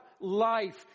life